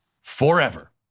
forever